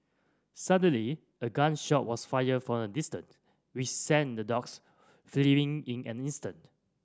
suddenly a gun shot was fired from a distance which sent the dogs fleeing in an instant